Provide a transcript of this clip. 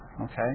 Okay